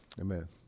Amen